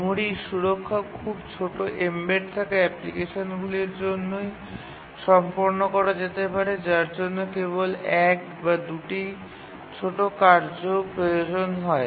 memory সুরক্ষা খুব ছোট এম্বেড থাকা অ্যাপ্লিকেশনগুলির জন্যই সম্পন্ন করা যেতে পারে যার জন্য কেবল এক বা দুটি ছোট কার্য প্রয়োজন হয়